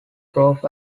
through